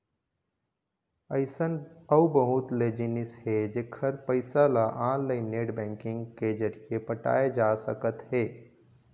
अइसन अउ बहुत ले जिनिस हे जेखर पइसा ल ऑनलाईन नेट बैंकिंग के जरिए पटाए जा सकत हे